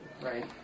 right